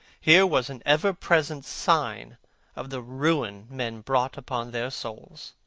here was an ever-present sign of the ruin men brought upon their souls.